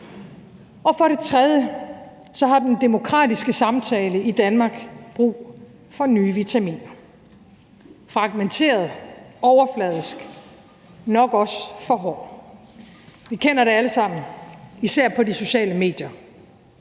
For det tredje har den demokratiske samtale i Danmark brug for nye vitaminer. Den er for fragmenteret, for overfladisk, og den er nok også for hård. Vi kender det alle sammen – især på de sociale medier.